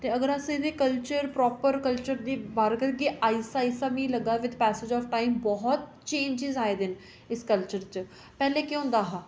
ते अगर एह्दे कल्चर प्रापर कल्चर दी बार करगे आहिस्ता आहिस्ता मी लग्गै दा विद पैसेज आफ टाइम बोह्त चेंजज आए दे न इस कल्चर च पैह्लें केह् होंदा हा